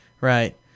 Right